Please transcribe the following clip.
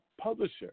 publisher